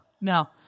no